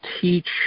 teach